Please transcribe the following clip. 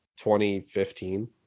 2015